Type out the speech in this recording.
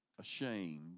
ashamed